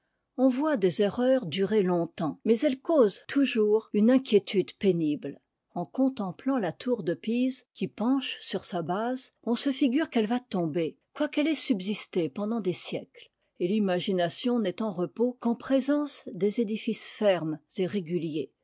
on voit des erreurs durer longtemps mais elles eausent toujours une inquiétude pénible en contemplant la tour de pise qui penche sur sa base on se figure qu'elle va tomber quoiqu'elle ait subsisté pendant des siècles et l'imagination n'est en repos qu'en présence des édifices fermes et réguliers